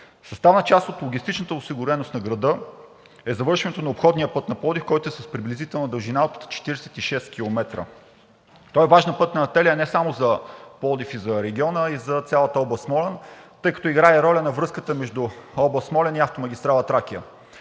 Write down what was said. Съставна част от логистичната осигуреност на града е завършването на обходния път на Пловдив, който е с приблизителна дължина от 46 км. Той е важна пътна артерия не само за Пловдив и за региона, а и за цялата област Смолян, тъй като играе роля на връзка между област Смолян и автомагистрала „Тракия“.